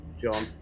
John